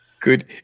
Good